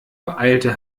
eilte